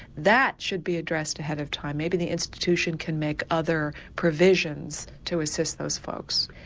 that should be addressed ahead of time. maybe the institution can make other provisions to assist those folks.